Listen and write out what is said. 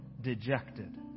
dejected